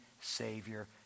Savior